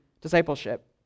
discipleship